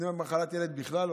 להוסיף בכלל למחלת ילד,